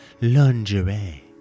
lingerie